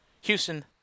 Houston